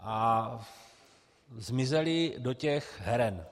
A zmizely do těch heren.